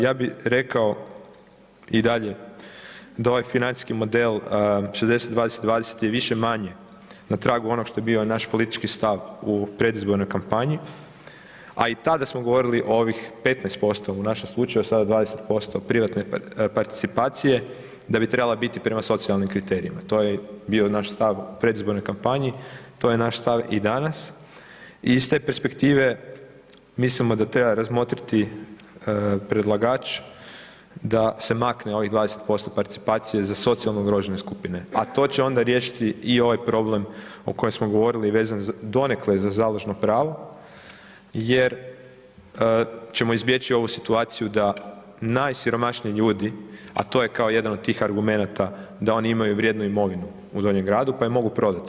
Ja bi rekao i dalje da ovaj financijski model 60-20-20 je više-manje na tragu onoga što je bio naš politički stav u predizbornoj kampanji, a i tada smo govorili o ovih 15% u našem slučaju sada 20% privatne participacije da bi trebala biti prema socijalnim kriterijima, to je bio naš stav u predizbornoj kampanji, to je naš stav i danas i iz te perspektive mislimo da treba razmotriti predlagač da se makne ovih 20% participacije za socijalno ugrožene skupine, a to će onda riješiti i ovaj problem o kojem smo govorili vezan donekle za založno pravo jer ćemo izbjeći ovu situaciju da najsiromašniji ljudi, a to je kao jedan od tih argumenata da oni imaju vrijednu imovinu u Donjem gradu pa je mogu prodati.